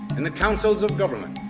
in the councils of government,